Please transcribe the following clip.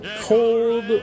cold